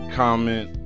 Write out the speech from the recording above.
comment